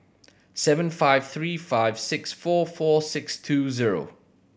seven five three five six four four six two zero